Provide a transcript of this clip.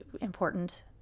important